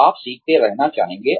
आप सीखते रहना चाहेंगे